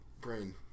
brain